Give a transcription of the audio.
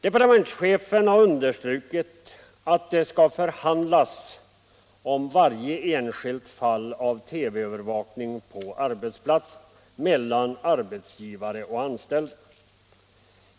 Departementschefen har understrukit att det skall förhandlas mellan arbetsgivare och anställda om varje enskilt fall av TV-övervakning på arbetsplatser.